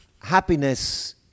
Happiness